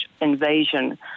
invasion